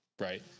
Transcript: right